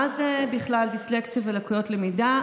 מה זה בכלל דיסלקציה ולקויות למידה?